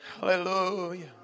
Hallelujah